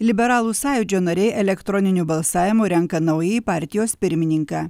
liberalų sąjūdžio nariai elektroniniu balsavimu renka naująjį partijos pirmininką